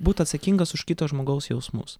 būt atsakingas už kito žmogaus jausmus